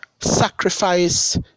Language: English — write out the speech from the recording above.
sacrifice